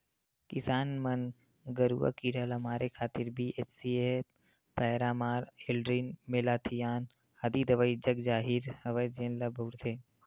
किसान मन गरूआ कीरा ल मारे खातिर बी.एच.सी.ए पैरामार, एल्ड्रीन, मेलाथियान आदि दवई जगजाहिर हवय जेन ल बउरथे